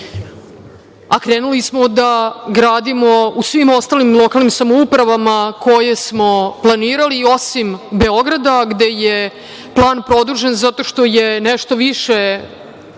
Krenuli smo da gradimo u svim ostalim lokalnim samoupravama koje smo planirali, osim Beograda, gde je plan produžen zato što je nešto više